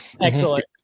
Excellent